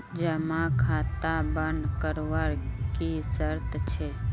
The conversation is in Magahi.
जमा खाता बन करवार की शर्त छे?